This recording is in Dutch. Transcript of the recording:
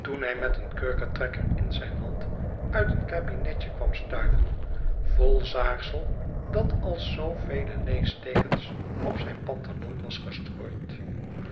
toen hij met een kurketrekker in zijn hand uit een kabinetje kwam stuiven vol zaagsel dat als zoo veel leesteekens op zijn pantalon was gestrooid